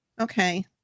okay